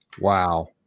Wow